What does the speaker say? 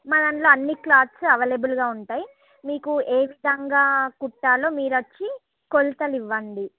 మా దాంట్లో అన్ని క్లాత్స్ అవైలబుల్ గా ఉంటాయి మీకు ఏ ఇష్టంగా కుట్టాలో మీరు వచ్చి కొల్తలు ఇవ్వండి